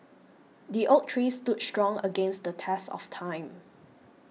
the oak tree stood strong against the test of time